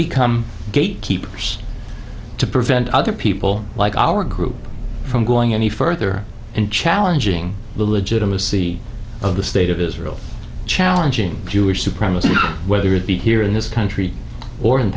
become gate keepers to prevent other people like our group from going any further and challenging the legitimacy of the state of israel challenging jewish supremacism whether it be here in this country or in